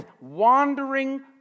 wandering